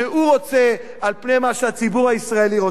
רוצה על פני מה שהציבור הישראלי רוצה.